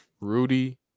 Rudy